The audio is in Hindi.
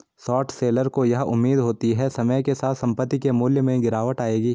शॉर्ट सेलर को यह उम्मीद होती है समय के साथ संपत्ति के मूल्य में गिरावट आएगी